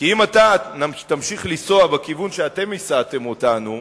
כי אם תמשיך לנסוע בכיוון שאתם הסעתם אותנו,